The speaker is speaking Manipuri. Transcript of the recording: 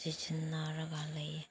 ꯁꯤꯖꯤꯟꯅꯔꯒ ꯂꯩꯌꯦ